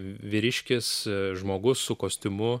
vyriškis žmogus su kostiumu